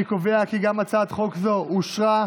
אני קובע כי הצעת החוק עברה,